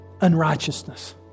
unrighteousness